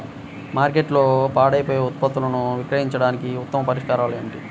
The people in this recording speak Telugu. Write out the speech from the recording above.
మార్కెట్లో పాడైపోయే ఉత్పత్తులను విక్రయించడానికి ఉత్తమ పరిష్కారాలు ఏమిటి?